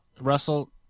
Russell